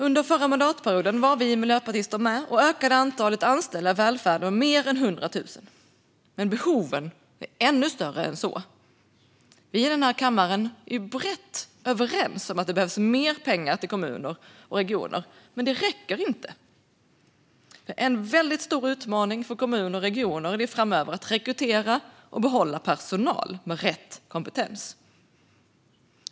Under förra mandatperioden var vi miljöpartister med och ökade antalet anställda i välfärden med mer än 100 000, men behoven är ännu större än så. Vi i den här kammaren är brett överens om att det behövs mer pengar till kommuner och regioner, men det räcker inte. En väldigt stor utmaning för kommuner och regioner framöver är att rekrytera och behålla personal med rätt kompetens.